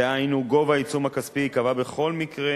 דהיינו, גובה העיצום הכספי ייקבע בכל מקרה